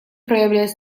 проявлять